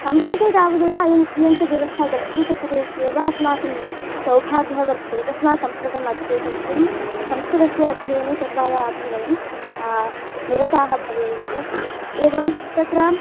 संस्कृते तावदेव अयम् इयञ्च व्यवस्था द्रष्टुं शक्यते इत्येव अस्माकं सौभाग्यं वर्तते तस्मात् संस्कृतम् अध्येतव्यं संस्कृतस्य अध्ययने सर्वदा अपि वयं निरताः भवेयुः एवं तत्र